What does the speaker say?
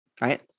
right